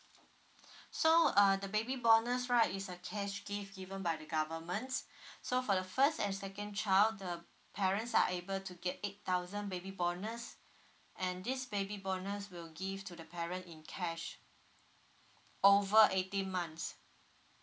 so uh the baby bonus right is a cash gift given by the government so for the first and second child the parents are able to get eight thousand baby bonus and this baby bonus will give to the parent in cash over eighteen months